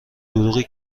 دروغی